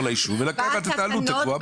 ליישוב ולקחת את העלות הקבועה בחוק.